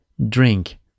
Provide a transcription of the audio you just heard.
Drink